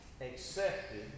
accepted